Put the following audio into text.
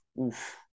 oof